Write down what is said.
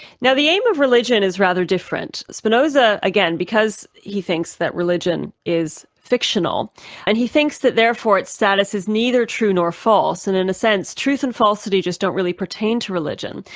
now the aim of religion is rather different. spinoza, again, because he thinks that religion is fictional and he thinks that therefore its status is neither true nor false, and in a sense truth and falsity just don't really pertain to religion.